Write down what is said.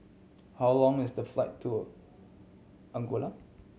how long is the flight to Angola